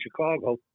Chicago